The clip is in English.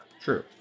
True